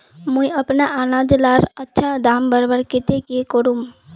मुई अपना अनाज लार अच्छा दाम बढ़वार केते की करूम?